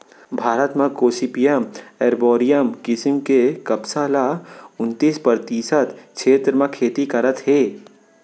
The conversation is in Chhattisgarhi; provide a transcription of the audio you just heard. भारत म गोसिपीयम एरबॉरियम किसम के कपसा ल उन्तीस परतिसत छेत्र म खेती करत हें